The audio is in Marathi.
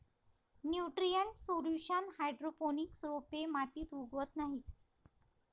न्यूट्रिएंट सोल्युशन हायड्रोपोनिक्स रोपे मातीत उगवत नाहीत